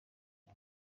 cyo